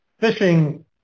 fishing